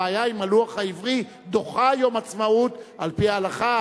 הבעיה אם הלוח העברי דוחה יום עצמאות על-פי ההלכה,